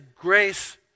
grace